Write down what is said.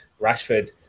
rashford